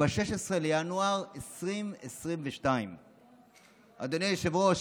ב-16 בינואר 2022. אדוני היושב-ראש,